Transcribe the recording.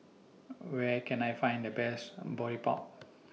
Where Can I Find The Best A Boribap